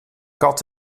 kat